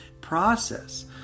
process